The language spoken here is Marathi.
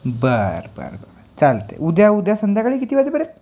बरं बरं बरं चालतं आहे उद्या उद्या संध्याकाळी किती वाजेपर्यंत